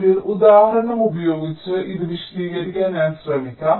ഒരു ഉദാഹരണം ഉപയോഗിച്ച് ഇത് വിശദീകരിക്കാൻ ഞാൻ ശ്രമിക്കാം